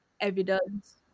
evidence